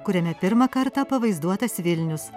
kuriame pirmą kartą pavaizduotas vilnius